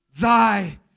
thy